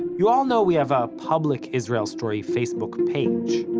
you all know we have a public israel story facebook page,